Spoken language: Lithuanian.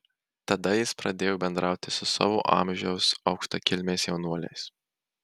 tada jis pradėjo bendrauti su savo amžiaus aukštakilmiais jaunuoliais